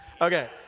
Okay